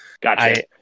Gotcha